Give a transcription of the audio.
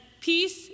Peace